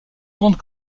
grandes